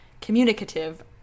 communicative